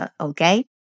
okay